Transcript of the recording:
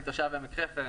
אני תושב עמק חפר,